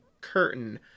curtain